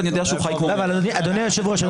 אדוני היושב-ראש,